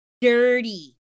Dirty